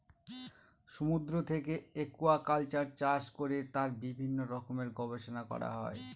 সমুদ্র থেকে একুয়াকালচার চাষ করে তার বিভিন্ন রকমের গবেষণা করা হয়